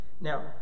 Now